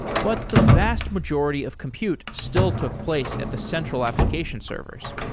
but the vast majority of compute still took place at the central application servers.